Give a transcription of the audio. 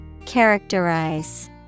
characterize